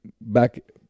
back